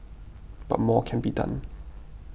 but more can be done